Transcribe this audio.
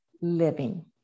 living